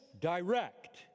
direct